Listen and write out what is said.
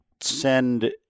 send